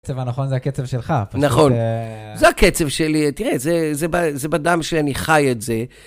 הקצב הנכון זה הקצב שלך. נכון, זה הקצב שלי, תראה, זה בדם שאני חי את זה.